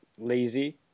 lazy